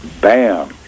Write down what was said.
bam